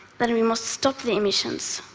but and we must stop the emissions.